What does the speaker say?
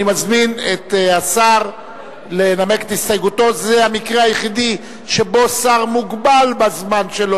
יושב-ראש הוועדה, חבר הכנסת שאמה,